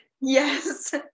yes